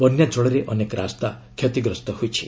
ବନ୍ୟାଜ୍ଚଳରେ ଅନେକ ରାସ୍ତା କ୍ଷତିଗ୍ରସ୍ତ ହୋଇଛି